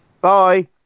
Bye